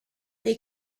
dei